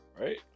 Right